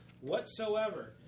whatsoever